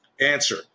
Answer